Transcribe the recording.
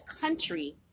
country